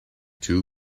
two